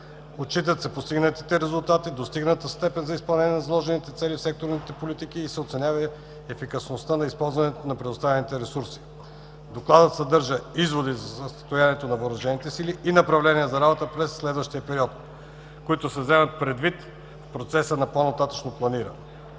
Отчитат се постигнатите резултати, достигнатата степен на изпълнение на заложените цели в секторните политики и се оценява ефикасността на използване на предоставените ресурси. Докладът съдържа изводи за състоянието на Въоръжените сили и направления за работа през следващия период, които се вземат предвид в процеса на по-нататъшно планиране.